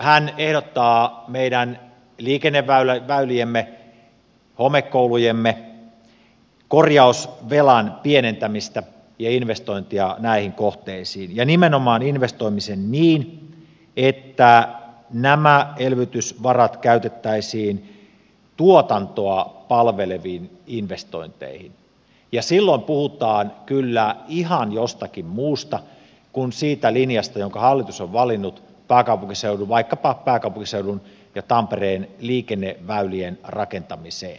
hän ehdottaa meidän liikenneväyliemme ja homekoulujemme korjausvelan pienentämistä ja investointia näihin kohteisiin ja nimenomaan investoimista niin että nämä elvytysvarat käytettäisiin tuotantoa palveleviin investointeihin ja silloin puhutaan kyllä ihan jostakin muusta kuin siitä linjasta jonka hallitus on valinnut vaikkapa pääkaupunkiseudun ja tampereen liikennerakentamiseen